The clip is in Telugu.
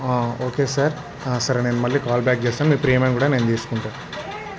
ఓకే సార్ సార్ నేను మళ్ళీ కాల్ బ్యాక్ చేస్తాను మీ ప్రీమియం కూడా నేను తీసుకుంటాను